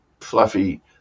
fluffy